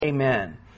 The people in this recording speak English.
Amen